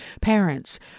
Parents